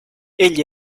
egli